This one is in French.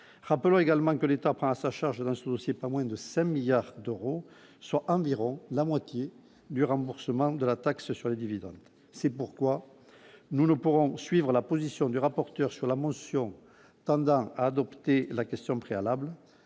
rappelons également que l'État prend à sa charge la société pas moins de 5 milliards d'euros, soit environ la moitié du remboursement de la taxe sur les dividendes, c'est pourquoi nous ne pourrons suivre la position du rapporteur sur la motion tendant à adopter la question préalables